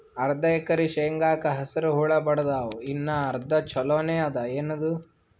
ಅರ್ಧ ಎಕರಿ ಶೇಂಗಾಕ ಹಸರ ಹುಳ ಬಡದಾವ, ಇನ್ನಾ ಅರ್ಧ ಛೊಲೋನೆ ಅದ, ಏನದು?